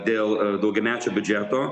dėl daugiamečio biudžeto